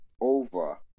over